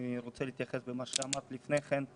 אני רוצה להתייחס למה שאמרת קודם לכן.